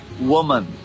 woman